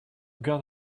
got